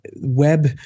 Web